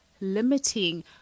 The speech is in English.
limiting